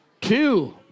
Two